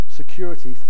security